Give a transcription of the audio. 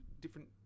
different